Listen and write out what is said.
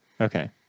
Okay